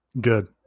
Good